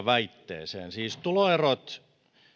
väitteeseen eriarvoistavasta politiikasta tuloerot